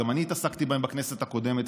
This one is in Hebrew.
גם אני התעסקתי בהן בכנסת הקודמת,